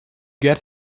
get